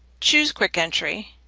choose quick entry,